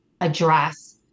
address